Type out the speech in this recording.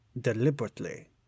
deliberately